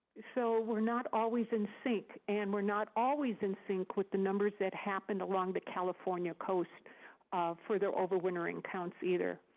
so we're not always in sync. and we're not always in sync with the numbers that happened along the california coast um for their overwintering counts, either.